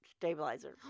stabilizer